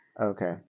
Okay